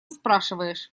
спрашиваешь